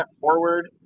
forward